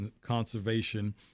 conservation